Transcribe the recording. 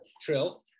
Trill